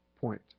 point